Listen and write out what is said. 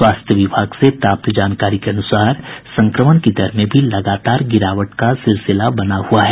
स्वास्थ्य विभाग से प्राप्त आंकड़ों के अनुसार संक्रमण की दर में भी लगातार गिरावट का सिलसिला बना हुआ है